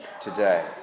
today